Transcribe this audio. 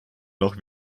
noch